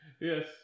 Yes